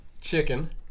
chicken